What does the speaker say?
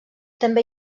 també